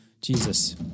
Jesus